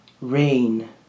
rain